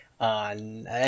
on